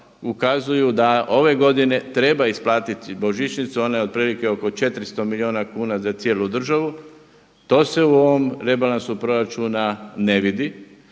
ukazuju da ove godine treba isplatiti božićnicu. Ona je otprilike oko 400 milijuna kuna za cijelu državu, to se u ovom rebalansu proračuna ne vidi,